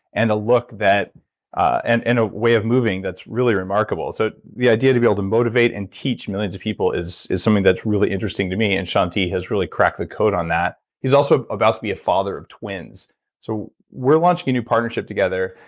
and and and way of moving that's really remarkable. so the idea to be able to motivate and teach millions of people is is something that's really interesting to me. and shaun t has really cracked the code on that. he's also about to be a father of twins so we're launching a new partnership together.